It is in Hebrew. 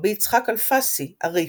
- רבי יצחק אלפסי, הרי"ף.